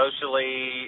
socially